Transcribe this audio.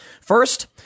First